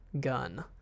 gun